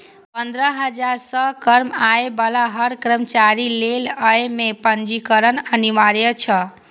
पंद्रह हजार सं कम आय बला हर कर्मचारी लेल अय मे पंजीकरण अनिवार्य छै